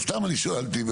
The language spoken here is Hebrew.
סתם אני שאלתי.